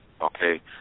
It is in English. okay